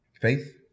Faith